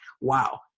wow